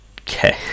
okay